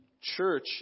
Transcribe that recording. church